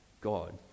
God